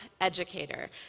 educator